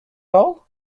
all